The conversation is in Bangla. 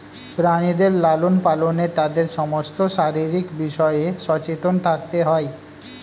প্রাণীদের লালন পালনে তাদের সমস্ত শারীরিক বিষয়ে সচেতন থাকতে হয়